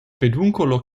peduncolo